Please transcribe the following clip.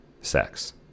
sex